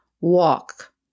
walk